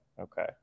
Okay